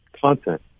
content